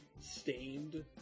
Stained